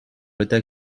l’état